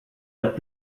leurs